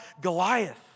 Goliath